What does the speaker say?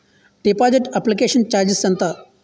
Deposit application charges ఎంత?